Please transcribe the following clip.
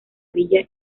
villa